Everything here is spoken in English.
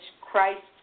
Christ